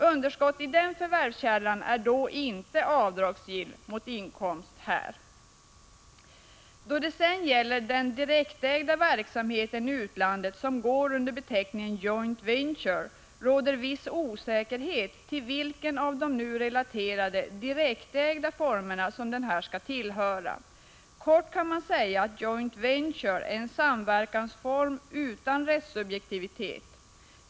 Underskott i denna förvärvskälla är då inte avdragsgill mot annan inkomst. Då det gäller den direktägda verksamhet i utlandet som går under beteckningen joint venture råder viss osäkerhet om vilken av de nu relaterade direktägda formerna som denna skall tillhöra. Kort kan man säga att joint venture är en samverkansform utan rättssubjektivitet.